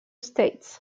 states